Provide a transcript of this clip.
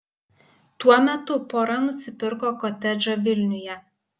tuo metu pora nusipirko kotedžą vilniuje